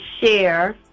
share